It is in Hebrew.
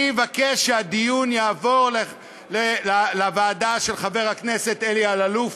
אני אבקש שהדיון יעבור לוועדה של חבר הכנסת אלי אלאלוף,